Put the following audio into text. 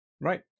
Right